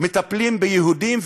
מטפלים ביהודים,